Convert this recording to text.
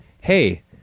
hey